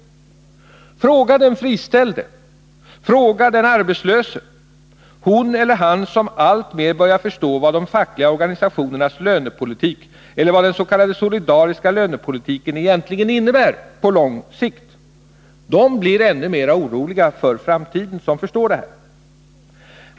Fråga den friställde! Fråga den arbetslöse! Hon eller han som alltmer börjar förstå vad de fackliga organisationernas lönepolitik eller vad den s.k. solidariska lönepolitiken på lång sikt egentligen innebär, blir ännu mer orolig över framtiden.